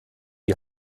die